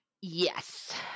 Yes